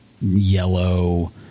yellow